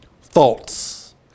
thoughts